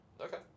Okay